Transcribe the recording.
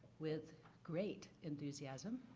with great enthusiasm,